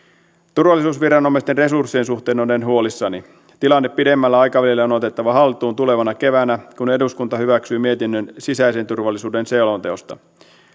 turvallisuusviranomaisten resurssien suhteen olen huolissani tilanne pidemmällä aikavälillä on otettava haltuun tulevana keväänä kun eduskunta hyväksyy mietinnön sisäisen turvallisuuden selonteosta